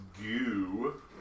goo